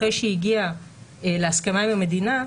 אחרי שהיא הגיעה להסכמה עם המדינה,